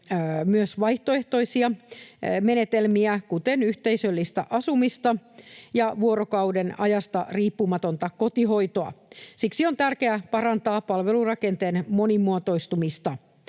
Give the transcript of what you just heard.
myös vaihtoehtoisia menetelmiä, kuten yhteisöllistä asumista ja vuorokaudenajasta riippumatonta kotihoitoa. Siksi on tärkeää parantaa palvelurakenteiden monimuotoistumista.